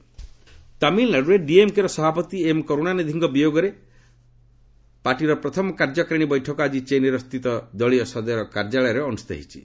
DMK meet ତାମିଲନାଡୁରେ DMK ର ସଭାପତି ଏମ୍ କରୁଣାନିଧିଙ୍କ ବିୟୋଗ ପରେ ପାର୍ଟିର ପ୍ରଥମ କାର୍ଯ୍ୟକାରିଣୀ ବୈଠକ ଆଜି ଚେନ୍ବାଇ ସ୍ଥିତ ଦଳୀୟ ସଦର କାର୍ଯ୍ୟାଳୟରେ ଅନୁଷ୍ଠିତ ହୋଇଛି